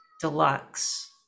deluxe